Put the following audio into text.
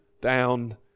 down